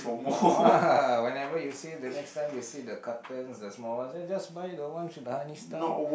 no ah whenever you see the next time you see the cartons the small ones you just buy the ones with the honey stars